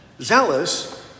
zealous